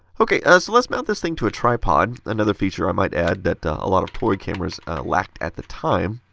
ok, ah so let's mount this thing to a tripod. another feature i might add that a lot of toy cameras lacked at the time.